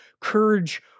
courage